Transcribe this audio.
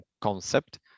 concept